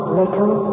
little